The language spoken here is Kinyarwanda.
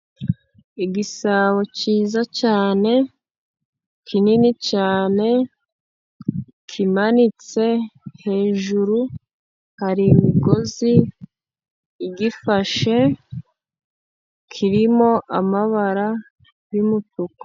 Igisabo cyiza cyane, kinini cyane kimanitse, hejuru hari imigozi gifashe, kirimo amabara y'umutuku.